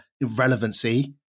relevancy